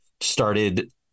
started